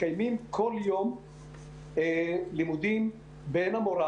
מתקיימים כל יום לימודים בין המורה